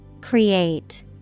Create